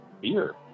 beer